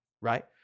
right